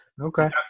Okay